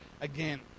again